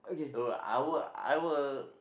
I will I will I will